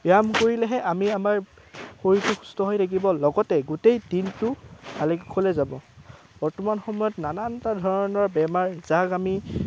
ব্যায়াম কৰিলেহে আমি আমাৰ শৰীৰটো সুস্থ হৈ লাগিব লগতে গোটেই দিনটো ভালে কুশলে যাব বৰ্তমান সময়ত নানানটা ধৰণৰ বেমাৰ যাক আমি